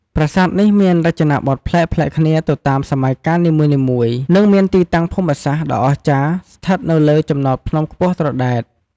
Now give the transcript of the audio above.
ប្រាសាទនេះមានរចនាបថប្លែកៗគ្នាទៅតាមសម័យកាលនីមួយៗ និងមានទីតាំងភូមិសាស្ត្រដ៏អស្ចារ្យស្ថិតនៅលើចំណោតភ្នំខ្ពស់ត្រដែត។